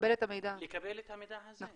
לקבל את המידע הזה.